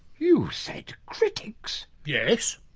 you said critics. yes.